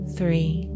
Three